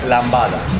Lambada